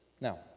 Now